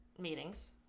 meetings